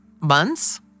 months